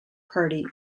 party